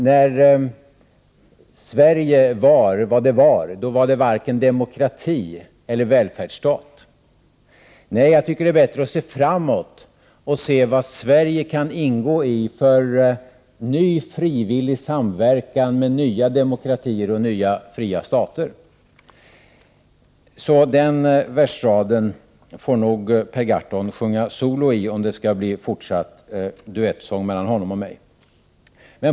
När Sverige var vad det var, var det varken demokrati eller välfärdsstat. Nej, jag tycker att det är bättre att se framåt och se vad Sverige kan ingå i för ny, frivillig samverkan med nya demokratier och nya, fria stater. Så den versraden får nog Per Gahrton sjunga solo, om det skall bli fortsatt duettsång mellan honom och mig.